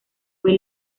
fue